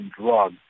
drug